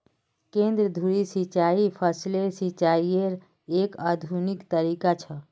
केंद्र धुरी सिंचाई फसलेर सिंचाईयेर एक आधुनिक तरीका छ